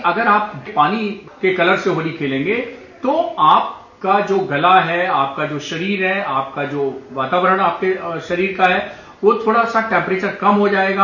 अगर आप पानी के कलर से होली खेलेंगे तो आपका जो गला है आपका जो शरीर है आपका जो वातावरण आपके शरीर का है वह थोड़ा सा टेम्परेचर कम हो जायेगा